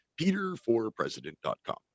peterforpresident.com